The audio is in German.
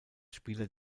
spieler